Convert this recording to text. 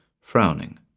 frowning